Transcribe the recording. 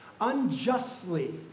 Unjustly